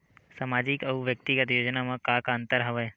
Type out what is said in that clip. सामाजिक अउ व्यक्तिगत योजना म का का अंतर हवय?